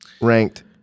ranked